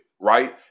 right